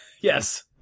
Yes